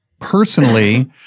personally